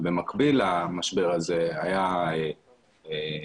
שבמקביל למשבר הזה היה תקציב,